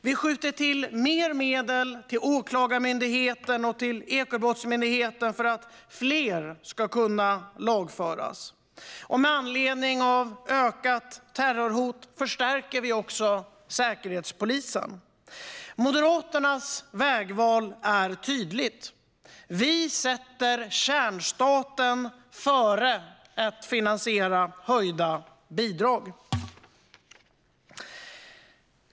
Vi skjuter till mer medel till Åklagarmyndigheten och Ekobrottsmyndigheten för att fler ska kunna lagföras. Med anledning av ökat terrorhot vill vi också förstärka Säkerhetspolisen. Moderaternas vägval är tydligt - vi sätter kärnstaten före att finansiera höjda bidrag.